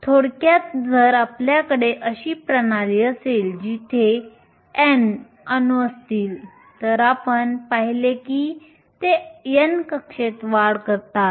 थोडक्यात जर आपल्याकडे अशी प्रणाली असेल जिथे N अणू असतील तर आपण पाहिले की ते N कक्षेत वाढ करतात